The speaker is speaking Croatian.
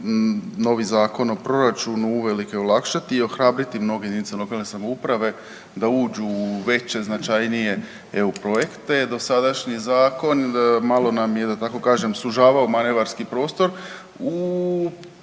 novi Zakon o proračunu uvelike olakšati i ohrabriti mnoge jedinice lokalne samouprave da uđu u veće, značajnije EU projekte. Dosadašnji zakon, malo nam je, da tako kažem, sužavao manevarski prostor u